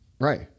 Right